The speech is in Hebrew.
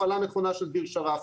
הפעלה נכונה של דיר שרף,